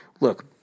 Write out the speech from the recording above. Look